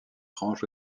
franches